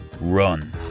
run